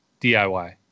DIY